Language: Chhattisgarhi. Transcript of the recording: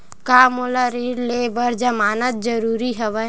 का मोला ऋण ले बर जमानत जरूरी हवय?